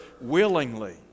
willingly